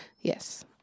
Yes